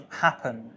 happen